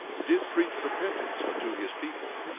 did preach repentance unto his people.